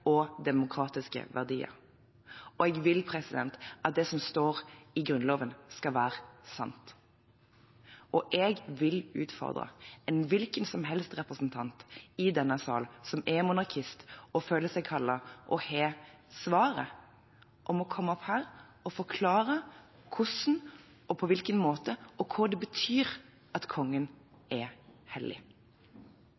og demokratiske verdier. Og jeg vil at det som står i Grunnloven, skal være sant. Jeg vil utfordre en hvilken som helst representant i denne salen som er monarkist og føler seg kallet, og som har svaret, om å komme opp hit og forklare hvordan, på hvilken måte og hva det betyr at kongen